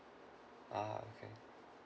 uh okay